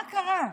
מה קרה?